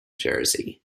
jersey